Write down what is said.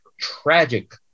tragic